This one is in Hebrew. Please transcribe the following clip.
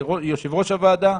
ליושב-ראש הוועדה,